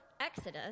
exodus